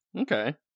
Okay